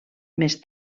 més